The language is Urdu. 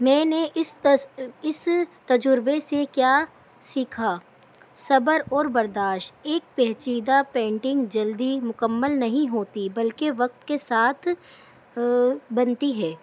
میں نے اس تجربے سے کیا سیکھا صبر اور برداشت ایک پہچیدہ پینٹنگ جلدی مکمل نہیں ہوتی بلکہ وقت کے ساتھ بنتی ہے